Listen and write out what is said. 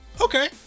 Okay